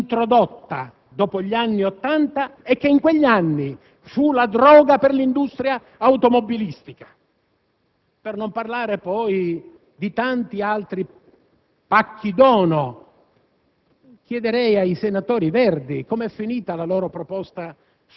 a partire da quella rottamazione, reintrodotta dopo gli anni Ottanta, e che in quegli anni fu una droga per l'industria automobilistica; per non parlare poi di tanti altri pacchi dono.